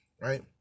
right